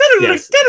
yes